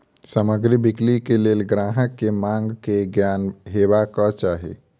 सामग्री बिक्री के लेल ग्राहक के मांग के ज्ञान हेबाक चाही